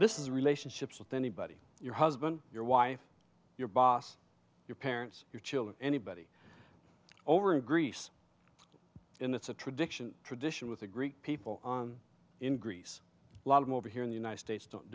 this is relationships with anybody your husband your wife your boss your parents your children anybody over a greece in it's a tradition tradition with the greek people in greece lot of over here in the united states don't